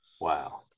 wow